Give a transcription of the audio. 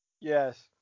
Yes